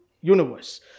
universe